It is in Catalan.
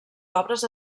obres